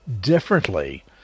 differently